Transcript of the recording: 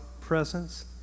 presence